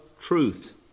truth